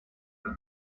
than